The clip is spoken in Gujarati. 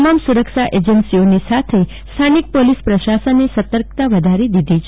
તમામ સુરક્ષા એજન્સીઓની સાથે સ્થાનિક પોલીસ પ્રસાસને સર્તકતા વધારી દીધી છે